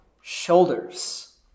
shoulders